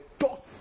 thoughts